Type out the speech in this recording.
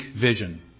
vision